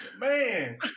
man